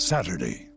Saturday